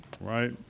right